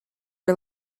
her